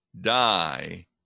die